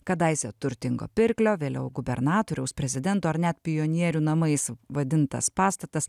kadaise turtingo pirklio vėliau gubernatoriaus prezidento ar net pionierių namais vadintas pastatas